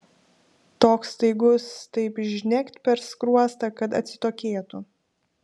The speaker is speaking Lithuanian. toks staigus taip žnekt per skruostą kad atsitokėtų